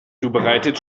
zubereitet